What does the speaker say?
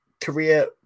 career